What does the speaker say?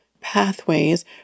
pathways